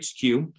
HQ